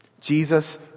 Jesus